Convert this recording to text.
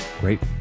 Great